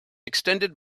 extended